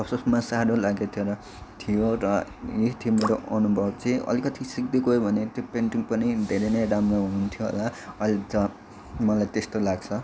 first फर्स्टमा साह्रो लाग्दैथ्यो र थियो र यही थियो मेरो अनुभव चाहिँ अलिकति सिक्दै गयो भने त्यो पेन्टिङ पनि धेरै नै राम्रो हुन्थ्यो होला अहिले त मलाई त्यस्तो लाग्छ